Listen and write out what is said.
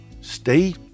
Stay